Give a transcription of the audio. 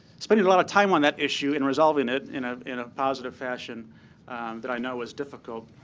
spending a lot of time on that issue and resolving it in ah in a positive fashion that i know was difficult.